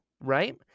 right